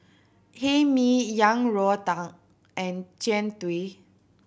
Hae Mee Yang Rou Tang and Jian Dui